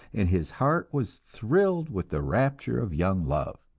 and his heart was thrilled with the rapture of young love.